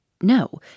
No